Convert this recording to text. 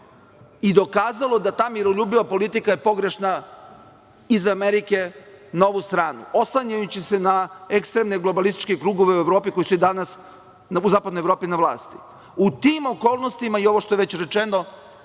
i dokazalo da je ta miroljubiva politika pogrešna iz Amerike na ovu stranu, oslanjajući se na ekstremne globalističke krugove u Evropi koji su i danas u zapadnoj Evropi na vlasti.U tim okolnostima i ovo što je već rečeno,